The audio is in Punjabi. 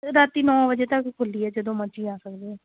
ਰਾਤ ਨੌ ਵਜੇ ਤੱਕ ਖੁੱਲੀ ਹੈ ਜਦੋਂ ਮਰਜੀ ਆ ਸਕਦੇ ਹੋ